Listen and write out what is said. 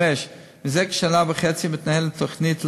5. זה כשנה וחצי מתנהלת תוכנית לאומית,